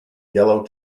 yellow